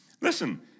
Listen